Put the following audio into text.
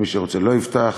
מי שרוצה, לא יפתח.